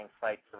sites